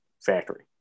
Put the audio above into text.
factory